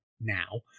now